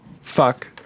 fuck